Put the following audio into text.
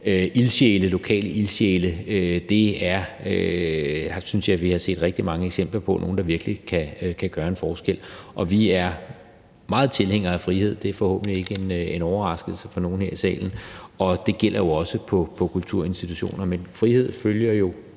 de her lokale ildsjæle. Det er noget, jeg synes vi har set rigtig mange eksempler på med nogle, der virkelig kan gøre en forskel. Vi er meget tilhængere af frihed – det er forhåbentlig ikke en overraskelse for nogen her i salen – og det gælder jo også på kulturinstitutionerne. Men med frihed følger jo